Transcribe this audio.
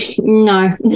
no